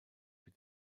wird